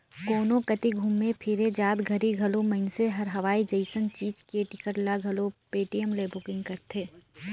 कोनो कति घुमे फिरे जात घरी घलो मइनसे हर हवाई जइसन चीच के टिकट ल घलो पटीएम ले बुकिग करथे